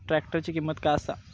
ट्रॅक्टराची किंमत काय आसा?